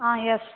ஆ S